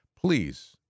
Please